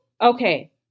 okay